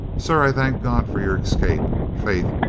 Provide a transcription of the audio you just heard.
sir, i thank god for your escape. faith,